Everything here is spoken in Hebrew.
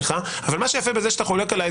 אבל מה שיפה בזה שאתה חולק עליי,